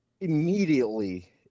immediately